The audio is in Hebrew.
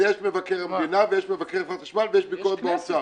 יש מבקר המדינה ויש מבקרים בחברת החשמל ויש ביקורת באוצר.